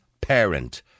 parent